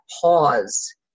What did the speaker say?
pause